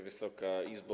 Wysoka Izbo!